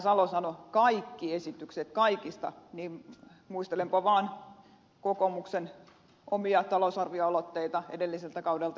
salo sanoi kaikki esitykset kaikista niin muistelenpa vaan kokoomuksen omia talousarvioaloitteita edelliseltä kaudelta